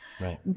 Right